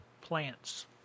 plants